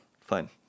fine